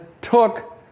took